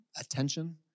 attention